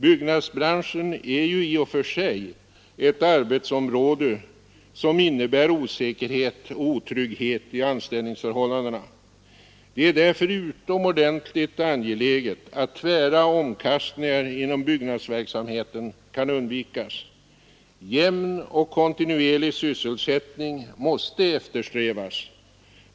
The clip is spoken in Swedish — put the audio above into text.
Byggnadsbranschen är ju i och för sig ett arbetsområde som innebär osäkerhet och otrygghet i anställningsförhållandena. Det är därför utomordentligt angeläget att tvära omkastningar inom byggnadsverksamheten kan undvikas. Jämn och kontinuerlig sysselsättning måste eftersträvas.